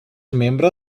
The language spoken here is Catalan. membre